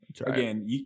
again